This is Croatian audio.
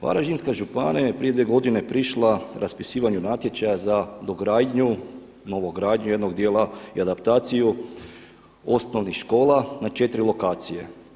Varaždinska županija je prije dvije godine prišla raspisivanju natječaja za dogradnju, novogradnju jednog dijela i adaptaciju osnovnih škola na četiri lokacije.